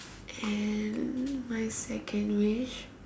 and my second wish